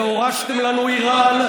הורשתם לנו איראן,